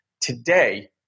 Today